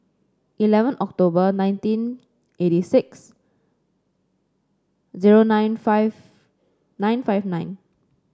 eleven October nineteen eighty six zero nine five nine five nine